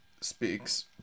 speaks